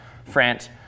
France